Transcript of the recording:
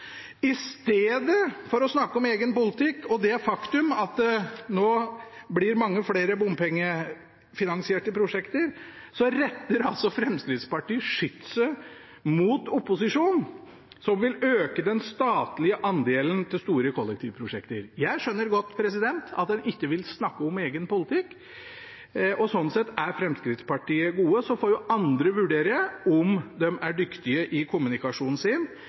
I stedet for å snakke om egen politikk og det faktum at det nå blir mange flere bompengefinansierte prosjekter, retter Fremskrittspartiet skytset mot opposisjonen, som vil øke den statlige andelen til store kollektivprosjekter. Jeg skjønner godt at en ikke vil snakke om sin egen politikk, og sånn sett er Fremskrittspartiet gode. Så får andre vurdere om de er dyktige i kommunikasjonen sin.